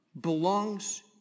belongs